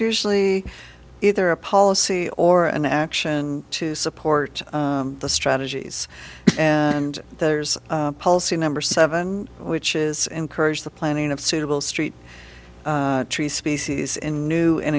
usually either a policy or an action to support the strategies and there's a policy number seven which is encourage the planning of suitable street tree species in new an